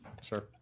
Sure